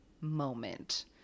moment